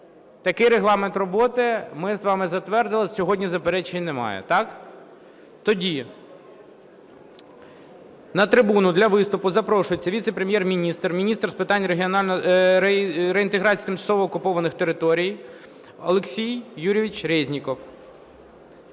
Такий регламент роботи ми з вами затвердили, сьогодні заперечень немає, так? Тоді на трибуну для виступу запрошується віце-прем'єр-міністр – міністр з питань реінтеграції тимчасово окупованих територій Олексій Юрійович Резніков.